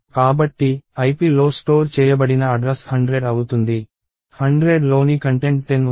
కాబట్టి ipలో స్టోర్ చేయబడిన అడ్రస్ 100 అవుతుంది 100లోని కంటెంట్ 10 ఉంది